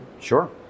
Sure